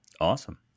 Awesome